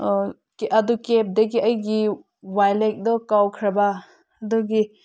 ꯑꯗꯨ ꯀꯦꯞꯇꯒꯤ ꯑꯩꯒꯤ ꯋꯥꯜꯂꯦꯠꯇꯣ ꯀꯥꯎꯈ꯭ꯔꯕ ꯑꯗꯨꯒꯤ